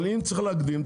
אבל אם צריך להקדים,